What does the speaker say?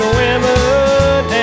women